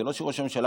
זה לא שראש הממשלה,